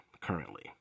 currently